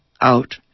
out